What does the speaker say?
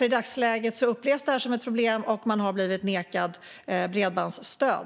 I dagsläget upplevs det som ett problem, och man har nekats bredbandsstöd.